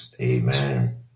Amen